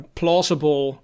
plausible